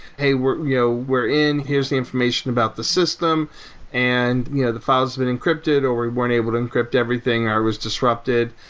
hey, we're you know we're in. here's the information about the system and you know the files have been encrypted, or we weren't able to encrypt everything. i was disrupted,